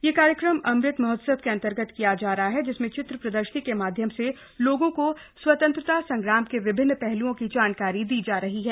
यह कार्यक्रम अमृत महोत्सव के अंतर्गत किया जा रहा है जिसमें चित्र प्रदर्शनी के माध्यम से लोगों को स्वतंत्रता संग्राम के विभिन्न पहलुओं की जानकारी दी जा रही है